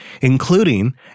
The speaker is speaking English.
including